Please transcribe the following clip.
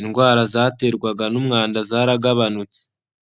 indwara zaterwaga n'umwanda zaragabanutse.